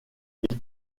ils